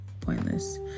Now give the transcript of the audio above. pointless